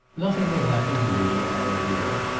nothing will happen to me, anna, dear.